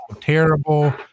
terrible